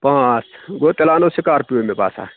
پانٛژھ گوٚو تیٚلہِ اَنَو سِکارپِیو مےٚ باسان